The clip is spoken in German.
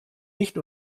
nicht